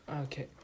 Okay